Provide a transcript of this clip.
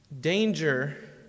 danger